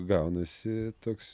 gaunasi toks